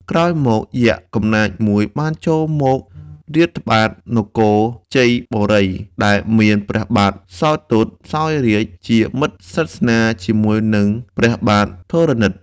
ក្រោយមក យក្សកំណាចមួយបានចូលមករាតត្បាតនគរជ័យបូរី ដែលមានព្រះបាទសោទត្តសោយរាជ្យ ជាមិត្តសិទ្ធស្នាលជាមួយនឹងព្រះបាទធរណិត។